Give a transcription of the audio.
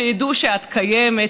שידעו שאת קיימת,